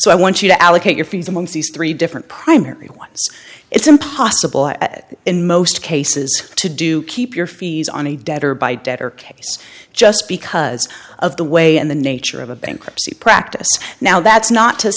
so i want you to allocate your fees amongst these three different primary ones it's impossible at in most cases to do keep your fees on a debtor by debtor case just because of the way in the nature of a bankruptcy practice now that's not to